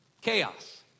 Chaos